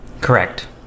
Correct